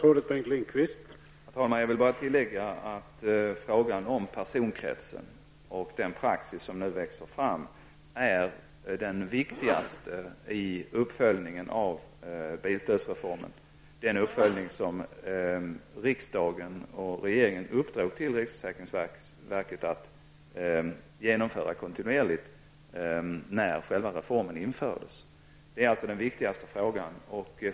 Herr talman! Jag vill bara tillägga att frågan om personkretsen och den praxis som nu växer fram är den viktigaste i uppföljningen av bilstödsreformen. När själva reformen infördes uppdrog regeringen och riksdagen till riksförsäkringsverket att kontinuerligt genomföra en uppföljning.